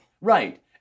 right